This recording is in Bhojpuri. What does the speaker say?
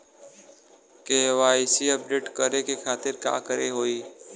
के.वाइ.सी अपडेट करे के खातिर का करे के होई?